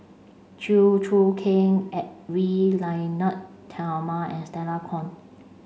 Chew Choo Keng Edwy Lyonet Talma and Stella Kon